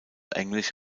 englisch